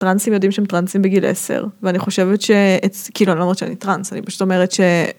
טראנסים יודעים שהם טראנסים בגיל 10 ואני חושבת ש... כאילו אני לא אומרת שאני טראנס, אני פשוט אומרת ש...